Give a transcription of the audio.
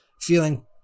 feeling